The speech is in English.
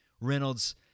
Reynolds